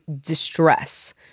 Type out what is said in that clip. distress